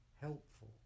helpful